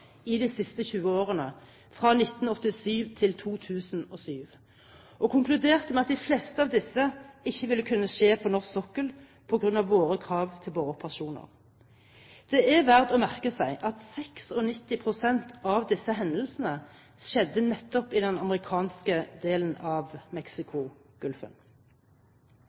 i de siste 20 årene, fra 1987 til 2007, og konkluderte med at de fleste av disse ikke ville kunne skje på norsk sokkel på grunn av våre krav til boreoperasjoner. Det er verdt å merke seg at 96 pst. av disse hendelsene skjedde nettopp i den amerikanske delen av